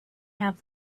have